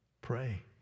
pray